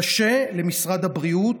קשה למשרד הבריאות,